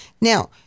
Now